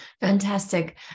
Fantastic